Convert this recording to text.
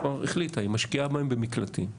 כבר החליטה, היא משקיעה בהן במקלטים,